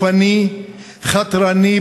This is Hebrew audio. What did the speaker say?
חודרני,